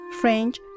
French